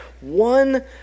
One